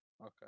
Okay